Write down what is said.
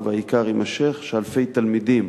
העיקר, והעיקר יימשך, שאלפי תלמידים